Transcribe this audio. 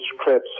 scripts